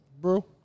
bro